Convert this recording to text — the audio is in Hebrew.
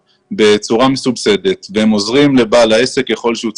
בצורה מסובסדת והם עוזרים לבעל העסק ככל שהוא צריך.